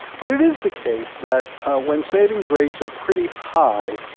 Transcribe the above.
but it is the case that when savings rates are pretty high,